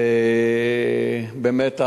ובאמת,